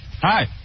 Hi